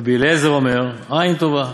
רבי אליעזר אומר, עין טובה,